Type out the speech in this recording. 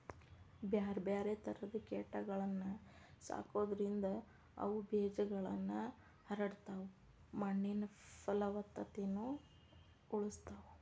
ಬ್ಯಾರ್ಬ್ಯಾರೇ ತರದ ಕೇಟಗಳನ್ನ ಸಾಕೋದ್ರಿಂದ ಅವು ಬೇಜಗಳನ್ನ ಹರಡತಾವ, ಮಣ್ಣಿನ ಪಲವತ್ತತೆನು ಉಳಸ್ತಾವ